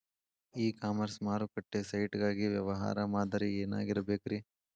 E commerce ಮಾರುಕಟ್ಟೆ site ಗಾಗಿ ವ್ಯವಹಾರ ಮಾದರಿ ಏನಾಗಿರಬೇಕ್ರಿ?